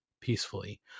peacefully